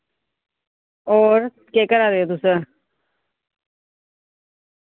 होर केह् करा दे तुस